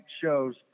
shows